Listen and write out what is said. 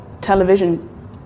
television